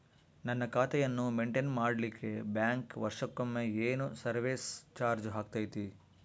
ನನ್ನ ಖಾತೆಯನ್ನು ಮೆಂಟೇನ್ ಮಾಡಿಲಿಕ್ಕೆ ಬ್ಯಾಂಕ್ ವರ್ಷಕೊಮ್ಮೆ ಏನು ಸರ್ವೇಸ್ ಚಾರ್ಜು ಹಾಕತೈತಿ?